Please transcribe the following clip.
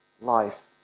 life